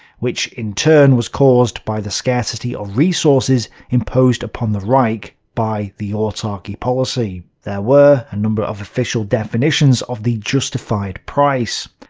which, in turn was caused by the scarcity of resources imposed upon the reich by the autarky policy. there were a number of official definitions of the justified price.